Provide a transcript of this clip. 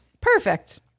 Perfect